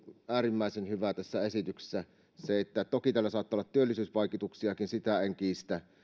äärimmäisen hyvä tässä esityksessä oli nimenomaisesti se että toki tällä saattaa olla työllisyysvaikutuksiakin sitä en kiistä